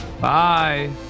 Bye